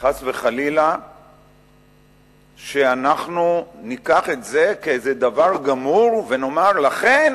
חס וחלילה שאנחנו ניקח את זה כאיזה דבר גמור ונאמר שלכן